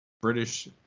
British